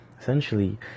essentially